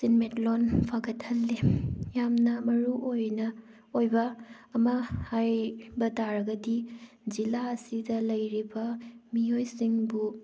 ꯁꯦꯟꯃꯤꯠꯂꯣꯟ ꯐꯒꯠꯍꯜꯂꯤ ꯌꯥꯝꯅ ꯃꯔꯨꯑꯣꯏꯅ ꯑꯣꯏꯕ ꯑꯃ ꯍꯥꯏꯕ ꯇꯥꯔꯒꯗꯤ ꯖꯤꯂꯥ ꯑꯁꯤꯗ ꯂꯩꯔꯤꯕ ꯃꯤꯑꯣꯏꯁꯤꯡꯕꯨ